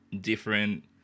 different